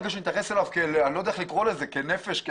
צריך להתייחס אליהם כמו שמתייחסים לנפש.